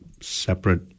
separate